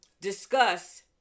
discuss